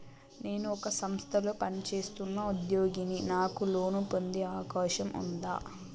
నేను ఒక సంస్థలో పనిచేస్తున్న ఉద్యోగిని నాకు లోను పొందే అవకాశం ఉందా?